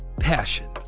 Passion